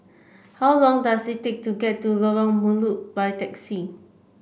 how long does it take to get to Lorong Melukut by taxi